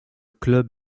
club